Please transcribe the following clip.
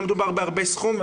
לא מדובר בסכום גבוה,